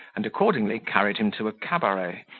and accordingly carried him to a cabaret,